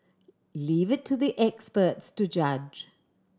leave it to the experts to judge